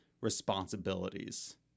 responsibilities